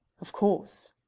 of course.